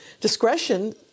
Discretion